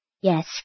yes